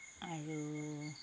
আৰু